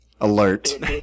alert